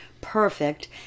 Perfect